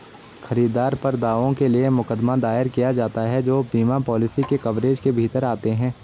खरीदार पर दावों के लिए मुकदमा दायर किया जाता है जो बीमा पॉलिसी के कवरेज के भीतर आते हैं